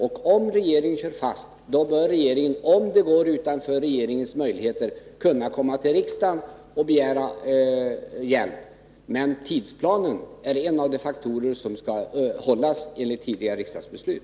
Och om regeringen kör fast bör den, för den händelse att frågan går utanför regeringens möjligheter, kunna komma till riksdagen och begära hjälp. Tidsplanen är en av de faktorer som skall hållas enligt tidigare riksdagsbeslut.